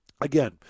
again